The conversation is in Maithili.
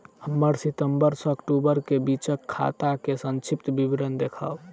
हमरा सितम्बर सँ अक्टूबर केँ बीचक खाता केँ संक्षिप्त विवरण देखाऊ?